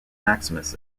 maximus